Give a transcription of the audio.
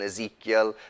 Ezekiel